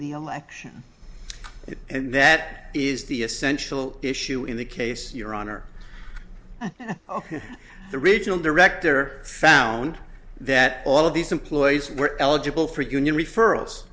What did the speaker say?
the election and that is the essential issue in the case your honor ok the regional director found that all of these employees were eligible for union referrals